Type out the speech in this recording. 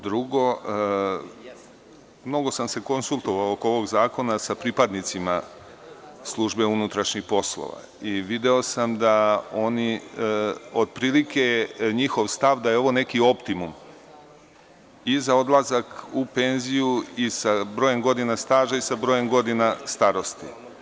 Drugo, mnogo sam se konsultovao oko ovog zakona sa pripadnicima Službe unutrašnjih poslova i video sam da je otprilike njihov stav da je ovo neki optimum i za odlazak u penziju i sa brojem godina staža i sa brojem godina starosti.